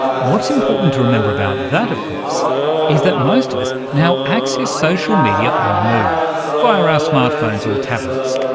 what's important to remember about that of course is that most of us now access social media on the move via our smart phones or tablets.